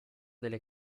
delle